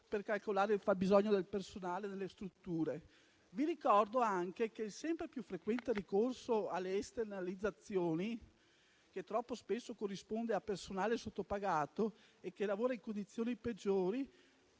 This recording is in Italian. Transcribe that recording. per calcolare il fabbisogno del personale nelle strutture. Vi ricordo anche che è sempre più frequente il ricorso alle esternalizzazioni, che troppo spesso corrisponde a personale sottopagato, che lavora in condizioni peggiori: